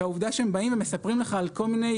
והעובדה שהם באים ומספרים לך על כל מיני